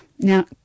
Now